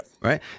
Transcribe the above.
right